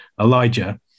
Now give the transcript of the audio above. Elijah